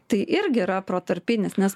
tai irgi yra protarpinis nes